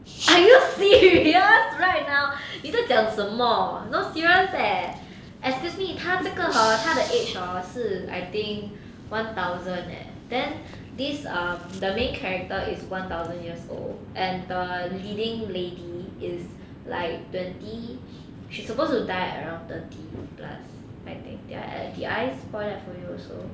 see see it ya right or not 你在讲什么 no serious leh excuse me 他这个 hor 他的 age hor 是 I think one thousand leh then this um the main character is one thousand years old and the leading lady is like twenty she's supposed to die around thirty plus I think err did I spoilt that for you also